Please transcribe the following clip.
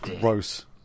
Gross